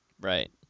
Right